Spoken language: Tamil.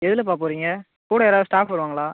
எதிலப்பா போகிறீங்க கூட யாராவது ஸ்டாஃப் வருவாங்களா